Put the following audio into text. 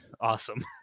Awesome